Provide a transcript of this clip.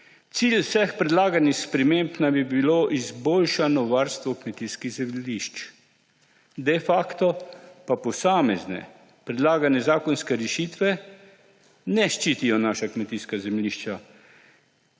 Cilj vseh predlaganih sprememb naj bi bilo izboljšano varstvo kmetijskih zemljišč, de facto pa posamezne predlagane zakonske rešitve ne ščitijo naša kmetijska zemljišča,